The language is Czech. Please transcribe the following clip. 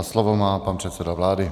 Slovo má pan předseda vlády.